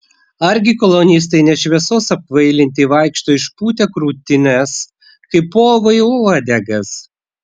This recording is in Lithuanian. argi kolonistai ne šviesos apkvailinti vaikšto išpūtę krūtines kaip povai uodegas